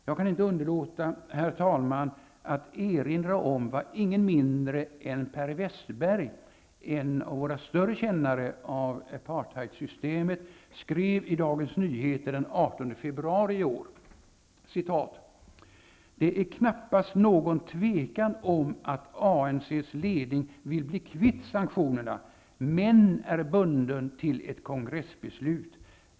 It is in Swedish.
Jag kan inte underlåta, herr talman, att erinra om vad ingen mindre än Per Wästberg -- en av våra större kännare av apartheidsystemet -- skrev i Dagens Nyheter den 18 februari i år: ''Det är knappast någon tvekan om att ANC:s ledning vill bli kvitt sanktionerna, men är bunden till ett kongressbeslut.